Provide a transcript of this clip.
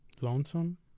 lonesome